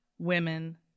women